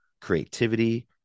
creativity